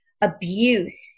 abuse